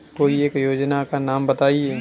कोई एक योजना का नाम बताएँ?